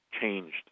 changed